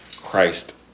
Christ